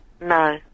No